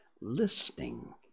listening